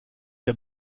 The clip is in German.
der